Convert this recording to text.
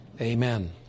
Amen